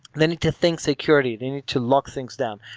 they need to think security. they need to lock things down.